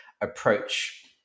approach